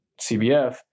CBF